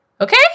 Okay